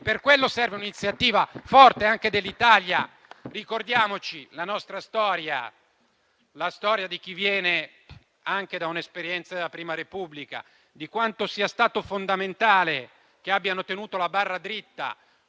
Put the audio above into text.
per questo serve un'iniziativa forte anche dell'Italia. Ricordiamoci la nostra storia, la storia di chi viene anche dall'esperienza della Prima Repubblica e sa quanto sia stato fondamentale che si sia tenuta la barra dritta